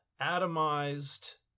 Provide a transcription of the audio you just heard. atomized